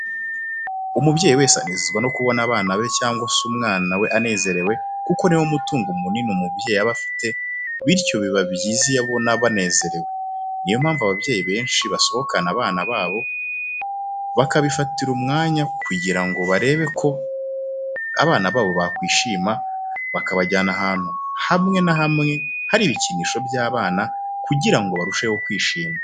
Umubyeyi wese anezezwa no kubona abana be cyangwa se umwana we anezerewe kuko ni wo mutungo munini umubyeyi aba afite, bityo biba byiza iyo abona banezerewe. Ni yo mpamvu ababyeyi benshi basohokana abana babo bakabifatira umwanya kugira ngo barebe ko abana babo bakwishima, babajyana ahantu hamwe na hamwe hari ibikinisho by'abana kugira ngo barusheho kwishima.